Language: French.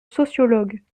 sociologues